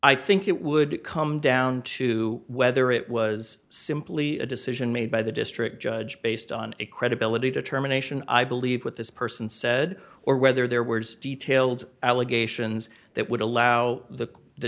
i think it would come down to whether it was simply a decision made by the district judge based on a credibility determination i believe what this person said or whether their words detailed allegations that would allow the